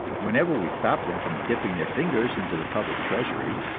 whenever we stop them from dipping their fingers into the public treasury.